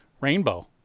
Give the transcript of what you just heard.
Rainbow